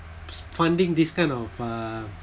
funding this kind of uh